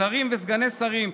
שרים וסגני שרים,